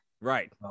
Right